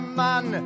man